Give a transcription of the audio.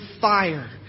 fire